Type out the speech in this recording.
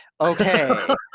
okay